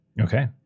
Okay